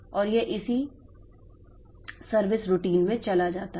और यह इसी सेवा दिनचर्या में चला जाता है